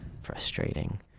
frustrating